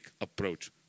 approach